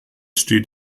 steht